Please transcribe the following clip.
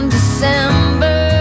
December